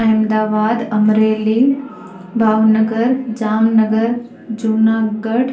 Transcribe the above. Ahmedabad Amreli Bhavnagar Jamnagar Junagadh